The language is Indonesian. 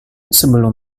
sebelum